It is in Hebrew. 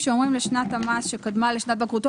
כשאומרים "בשנת המס שקדמה לשנת בגרותו",